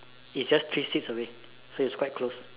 it's just three sits away so it's quite close